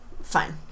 Fine